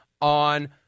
on